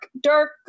dark